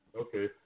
Okay